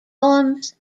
poems